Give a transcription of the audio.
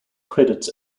credits